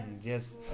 Yes